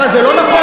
מה, זה לא נכון?